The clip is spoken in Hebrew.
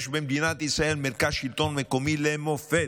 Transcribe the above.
יש במדינת ישראל מרכז שלטון מקומי למופת,